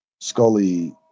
Scully